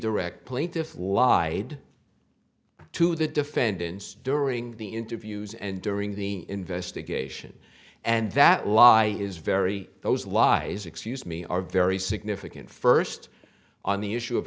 direct plaintiffs lie to the defendants during the interviews and during the investigation and that lie is very those lies excuse me are very significant first on the issue of